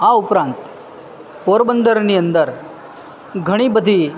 આ ઉપરાંત પોરબંદરની અંદર ઘણી બધી